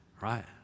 right